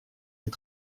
des